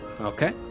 Okay